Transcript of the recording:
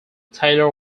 taylor